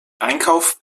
einkauf